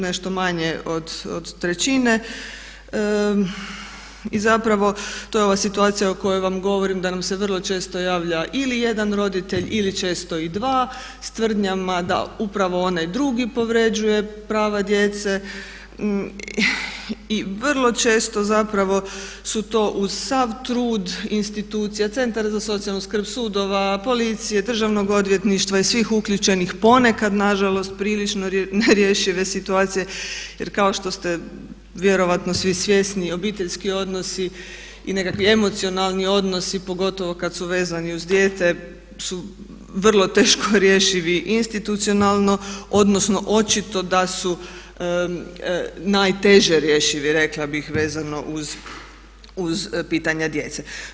Nešto manje od trećine i zapravo to je ova situacija o kojoj vam govorim da nam se vrlo često javlja ili jedan roditelj ili često i dva s tvrdnjama da upravo onaj drugi povređuje prava djece i vrlo često zapravo su to uz sav trud institucija, Centar za socijalnu skrb, sudova, policije, državnog odvjetništva i svih uključenih ponekad nažalost prilično nerješive situacije jer kao što ste vjerojatno svi svjesni, obiteljski odnosi i nekakvi emocionalni odnosi, pogotovo kad su vezani uz dijete su vrlo teško rješivi institucionalno odnosno očito da su najteže rješivi rekla bih vezano uz pitanje djece.